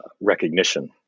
recognition